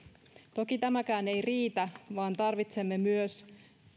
toki tämäkään ei riitä vaan tarvitsemme myös